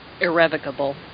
irrevocable